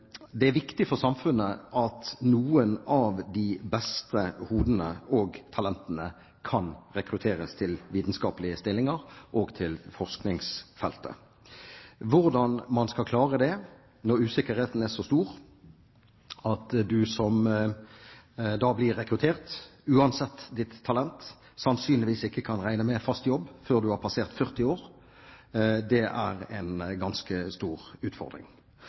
Det er viktig for samfunnet at noen av de beste hodene og talentene kan rekrutteres til vitenskapelige stillinger og til forskningsfeltet. Hvordan man skal klare det når usikkerheten er så stor at den som blir rekruttert, uansett sitt talent sannsynligvis ikke kan regne med fast jobb før en har passert 40 år, er en ganske stor utfordring.